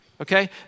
Okay